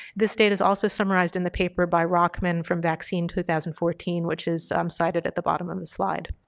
this data is also summarized in the paper by rockman from vaccine two thousand and fourteen, which is um cited at the bottom on the slide.